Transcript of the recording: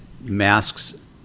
masks